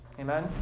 amen